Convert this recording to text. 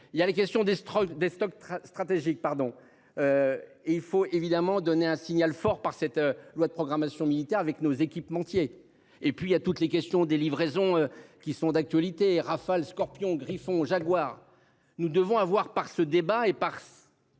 Il y a la question des des stocks stratégiques, pardon. Et il faut évidemment donner un signal fort par cette loi de programmation militaire avec nos équipementiers et puis y a toutes les questions des livraisons qui sont d'actualité Rafale scorpion Griffon Jaguar. Nous devons avoir par ce débat. Et parce.